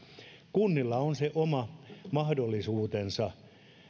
kunnilla on se oma mahdollisuutensa